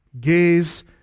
Gaze